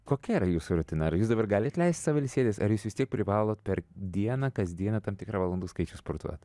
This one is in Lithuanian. kokia yra jūsų rutina ar jūs dabar galit leisti sau ilsėtis ar jūs vis tiek privalot per dieną kasdieną tam tikrą valandų skaičių sportuot